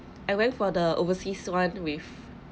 I went for the overseas one with